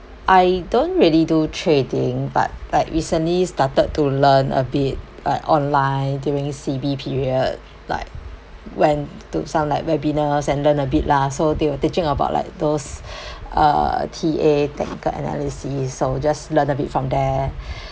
I don't really do trading but like recently started to learn a bit like online during C_B period like went took some like webinars and learn a bit lah so they were teaching about like those uh T_A technical analysis so just learn a bit from there